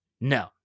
No